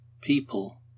people